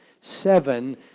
seven